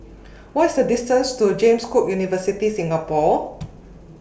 What IS The distance to James Cook University Singapore